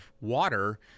water